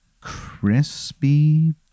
crispy